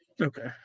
Okay